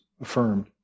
affirmed